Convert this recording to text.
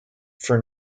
for